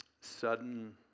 Sudden